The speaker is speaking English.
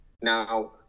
now